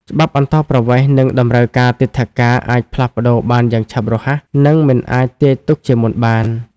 ច្បាប់អន្តោប្រវេសន៍ និងតម្រូវការទិដ្ឋាការអាចផ្លាស់ប្តូរបានយ៉ាងឆាប់រហ័ស និងមិនអាចទាយទុកជាមុនបាន។